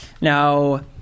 Now